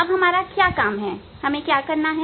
अब हमारा काम क्या है